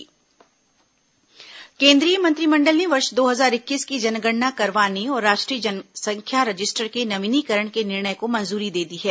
केंद्रीय मंत्रिमंडल जनगणना केन्द्रीय मंत्रिमंडल ने वर्ष दो हजार इक्कीस की जनगणना करवाने और राष्ट्रीय जनसंख्या रजिस्टर के नवीनीकरण के निर्णय को मंजूरी दे दी है